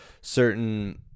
certain